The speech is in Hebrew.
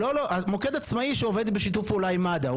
מוקד עצמאי שעובד בשיתוף פעולה עם מד"א,